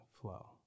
flow